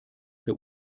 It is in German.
der